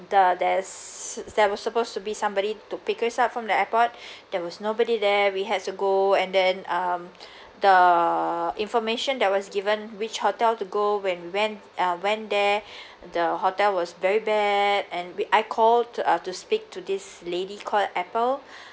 the there's there was supposed to be somebody to pick us up from the airport there was nobody there we had to go and then um the information that was given which hotel to go when we went uh went there the hotel was very bad and we I called to uh to speak to this lady called apple